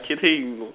kidding oh